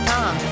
Tom